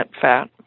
fat